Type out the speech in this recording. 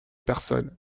personne